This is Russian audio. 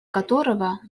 которого